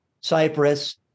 Cyprus